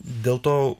dėl to